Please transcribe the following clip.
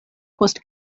post